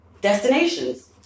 destinations